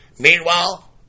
Meanwhile